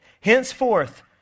Henceforth